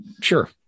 Sure